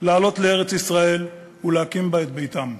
לעלות לארץ-ישראל ולהקים בה את ביתם.